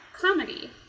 comedy